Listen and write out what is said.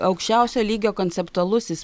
aukščiausio lygio konceptualusis